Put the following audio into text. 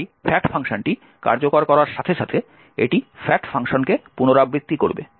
তাই fact ফাংশনটি কার্যকর করার সাথে সাথে এটি fact ফাংশনকে পুনরাবৃত্তি করবে